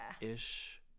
ish